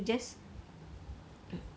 to just